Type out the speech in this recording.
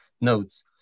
notes